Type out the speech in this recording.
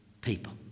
people